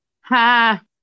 Ha